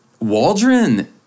Waldron